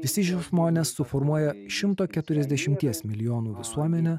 visi šie žmonės suformuoja šimto keturiasdešimties milijonų visuomenę